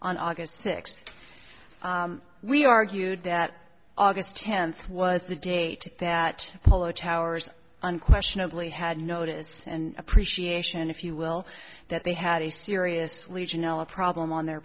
on august sixth we argued that august tenth was the date that polo towers unquestionably had notice and appreciation if you will that they had a serious legionella problem on their